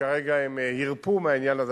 וכרגע הם הרפו מהעניין הזה,